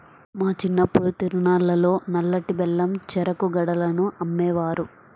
మా చిన్నప్పుడు తిరునాళ్ళల్లో నల్లటి బెల్లం చెరుకు గడలను అమ్మేవారు